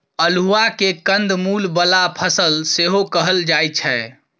अल्हुआ केँ कंद मुल बला फसल सेहो कहल जाइ छै